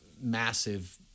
massive